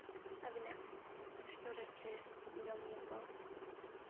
ᱟᱹᱵᱤᱱᱟᱜ ᱨᱮᱥᱴᱩᱨᱮᱱᱴ ᱨᱮ ᱡᱚᱢᱼᱧᱩ ᱠᱚ